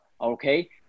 Okay